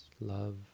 love